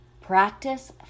Practice